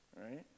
right